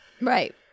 Right